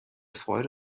freude